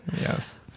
Yes